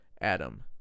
Adam